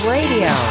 Radio